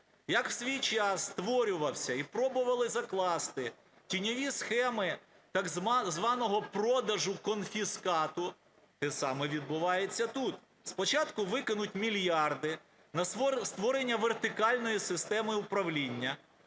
Як в свій час створювався і пробували закласти тіньові схеми так званого продажу конфіскату, те саме відбувається тут. Спочатку викинуть мільярди на створення вертикальної системи управління,